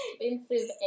Expensive